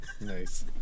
Nice